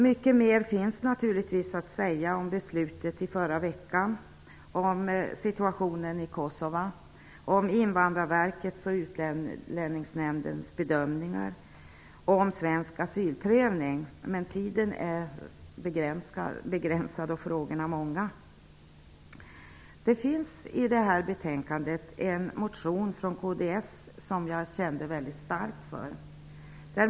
Mycket mer finns naturligtvis att säga om beslutet i förra veckan, om situationen i Utlänningsnämndens bedömningar och om svensk asylprövning. Men tiden är begränsad och frågorna många. Det finns i detta betänkande en motion från kds som jag kände mycket starkt för.